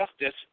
Justice